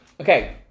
Okay